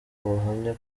ubuhamya